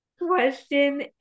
Question